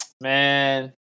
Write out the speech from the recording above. Man